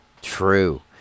true